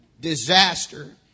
Disaster